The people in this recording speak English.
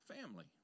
family